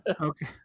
Okay